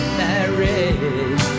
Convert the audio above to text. married